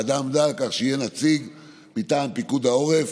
הוועדה עמדה על כך שיהיה נציג מטעם פיקוד העורף,